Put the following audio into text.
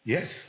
Yes